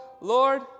Lord